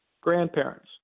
grandparents